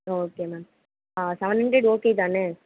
ஆ okay ma'am seven hundred okay தானே